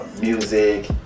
music